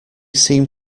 seemed